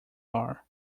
are